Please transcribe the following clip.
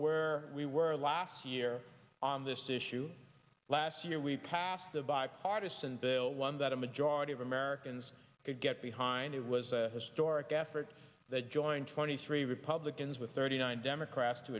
where we were last year on this issue last year we passed a bipartisan bill one that a majority of americans could get behind it was a historic effort that joined twenty three republicans with thirty nine democrats to